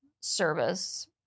service